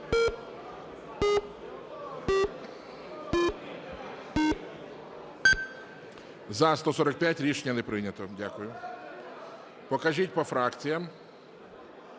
За-145 Рішення не прийнято. Дякую. Покажіть по фракціям.